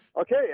Okay